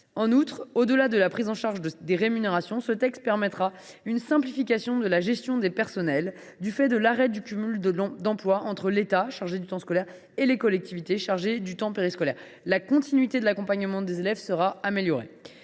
En outre, au delà de la prise en charge des rémunérations, ce texte permettra une simplification de la gestion des personnels en raison de l’arrêt du cumul de l’emploi entre l’État, chargé du temps scolaire, et les collectivités, chargées du temps périscolaire. La continuité de l’accompagnement des élèves s’en trouvera améliorée.